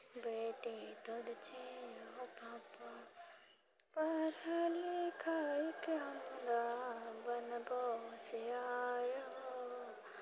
बेटी तोर छिअह पापा पढाइ लिखाइके हमरा बनबो होशियार हो